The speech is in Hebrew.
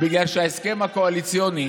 בגלל שבהסכם הקואליציוני